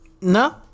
No